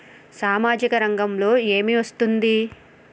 సామాజిక రంగంలో ఏమి వస్తుంది?